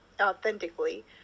authentically